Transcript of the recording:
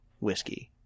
whiskey